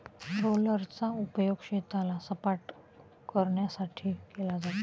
रोलरचा उपयोग शेताला सपाटकरण्यासाठी केला जातो